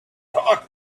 talk